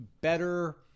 better